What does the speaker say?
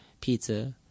pizza